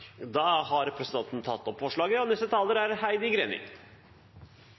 Da har representanten Heidi Greni tatt opp det forslaget